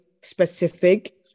specific